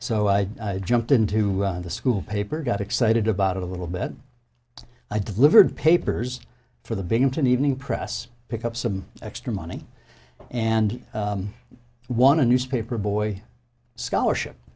so i jumped into the school paper got excited about it a little bit i delivered papers for the big into an evening press pick up some extra money and won a newspaper boy scholarship